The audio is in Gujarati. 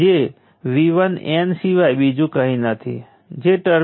આપણે સમય વિરુદ્ધ ત્વરિત પાવરનું સ્કેચ પણ કરી શકીએ છીએ